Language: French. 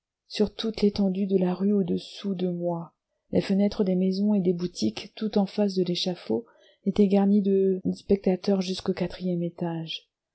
sur toute l'étendue de la rue au-dessous de moi les fenêtres des maisons et des boutiques tout en face de l'échafaud étaient garnies de spectateurs jusqu'au quatrième étage